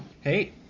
Hey